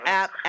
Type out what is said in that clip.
app